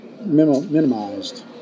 minimized